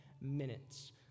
minutes